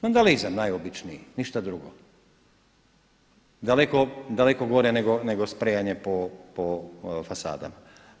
Vandalizam najobičniji, ništa drugo, daleko gore nego sprejanje po fasadama.